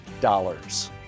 dollars